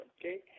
okay